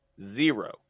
zero